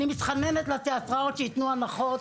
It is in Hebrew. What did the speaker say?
אני מתחננת לתיאטראות שיתנו הנחות.